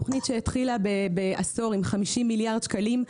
תוכנית שהתחילה בעשור עם 50 מיליארד שקלים,